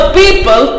people